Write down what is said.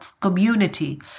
community